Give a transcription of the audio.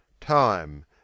Time